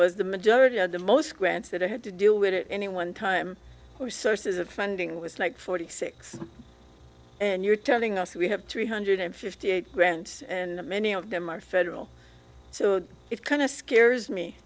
was the majority of the most grants that i had to deal with it any one time or sources of funding was like forty six and you're telling us we have three hundred fifty eight grants and many of them are federal so it kind of scares me